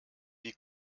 die